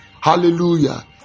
Hallelujah